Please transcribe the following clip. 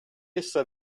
essa